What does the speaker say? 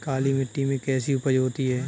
काली मिट्टी में कैसी उपज होती है?